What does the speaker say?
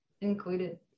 included